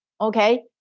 okay